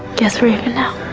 guess we're even now.